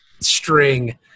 string